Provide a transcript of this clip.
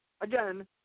again